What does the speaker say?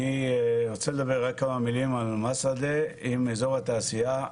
אני רוצה לדבר רק כמה מילים על מסעדה עם אזור התעשייה,